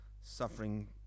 suffering